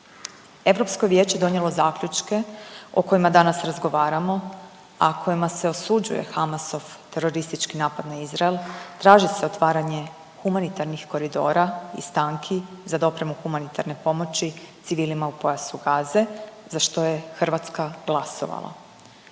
Europsko vijeće je donijelo zaključke o kojima danas razgovaramo, a kojima se osuđuje Hamasov teroristički napad na Izrael traži se otvaranje humanitarnih koridora i stanki za dopremu humanitarne pomoći civilima u pojasu gaze za što je Hrvatska glasovala.